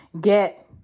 Get